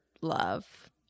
love